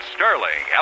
Sterling